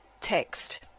text